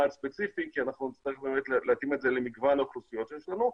ספציפי כי אנחנו נצטרך להתאים את זה למגוון אוכלוסיות שיש לנו,